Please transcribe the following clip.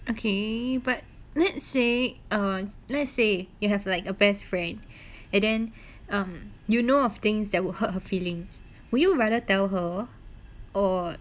okay but let's say err let's say you have like a best friend and then um you know of things that would hurt her feelings would you rather tell her or